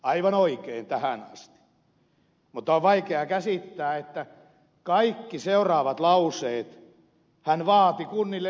aivan oikein tähän asti mutta on vaikea käsittää että kaikissa seuraavissa lauseissa hän vaati kunnille lisää menoja